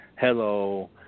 hello